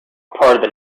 part